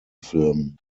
film